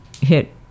hit